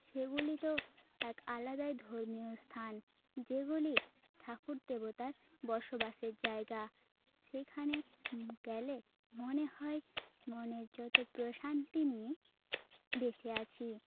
সেগুলি তো এক আলাদাই ধর্মীয় স্থান যেগুলি ঠাকুর দেবতার বসবাসের জায়গা সেইখানে গেলে মনে হয় মনের যতো প্রশান্তি নিয়ে বেঁচে আছি